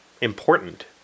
important